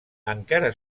encara